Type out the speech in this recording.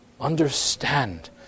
Understand